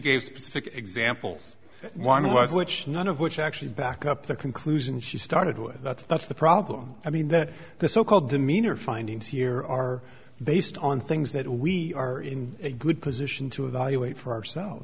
specific examples one was which none of which actually back up the conclusion she started with that's that's the problem i mean that the so called demeanor findings here are based on things that we are in a good position to evaluate for ourselves